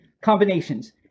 combinations